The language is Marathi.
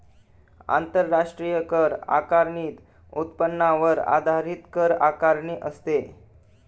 आंतरराष्ट्रीय कर आकारणीत उत्पन्नावर आधारित कर आकारणी असते